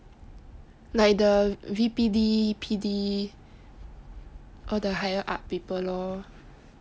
like the V_P_D P_D all the higher up people lor